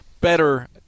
better